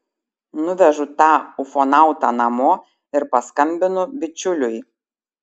nuvežu tą ufonautą namo ir paskambinu bičiuliui